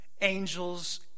angels